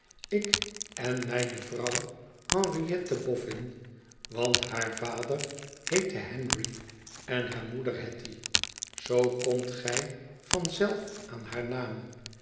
ik en mijne vrouw henriétty boffin want haar vader heette henry en haar moeder hetty zoo komt gij van zelf aan haar naam